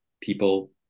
People